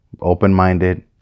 open-minded